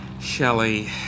Shelley